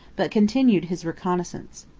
but continued his reconnaissance.